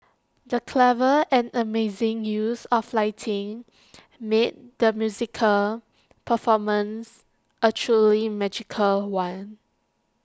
the clever and amazing use of lighting made the musical performance A truly magical one